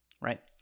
right